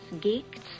geeks